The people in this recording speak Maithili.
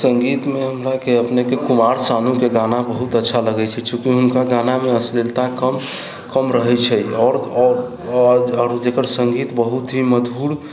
संगीतमे हमराके अपनेके कुमार शानूके गाना बहुत अच्छा लगै छै चूँकि हुनका गानामे अश्लीलता कम रहै छै आओर जेकर संगीत बहुत्त ही मधुर